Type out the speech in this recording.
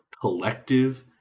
collective